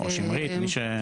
או שמרית.